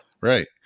Right